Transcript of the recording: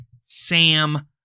Sam